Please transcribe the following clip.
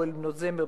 "הפועל בנות זמר",